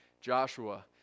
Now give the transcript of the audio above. Joshua